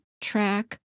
track